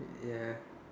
ya